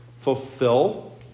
fulfill